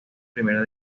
primera